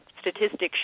Statistics